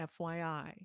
FYI